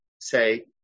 say